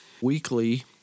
weekly